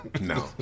no